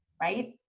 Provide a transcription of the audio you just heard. right